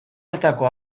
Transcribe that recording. hartako